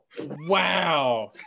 Wow